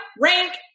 rank